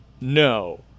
No